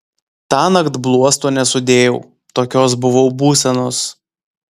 tąnakt bluosto nesudėjau tokios buvau būsenos